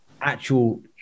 actual